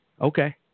Okay